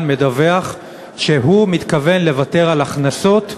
מדווח שהוא מתכוון לוותר על הכנסות מקרקעות.